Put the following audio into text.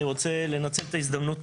גברתי, אני רוצה לנצל את ההזדמנות